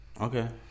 Okay